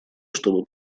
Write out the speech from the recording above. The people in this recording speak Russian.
чтобы